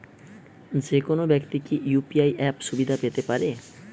যেকোনো ব্যাক্তি কি ইউ.পি.আই অ্যাপ সুবিধা পেতে পারে?